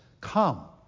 come